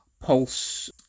pulse